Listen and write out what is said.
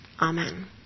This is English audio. Amen